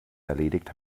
erledigt